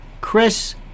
Chris